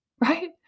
Right